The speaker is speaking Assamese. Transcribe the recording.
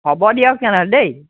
হ'ব দিয়ক তেনেহ'লে দেই